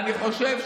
אני מדבר על,